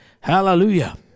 Hallelujah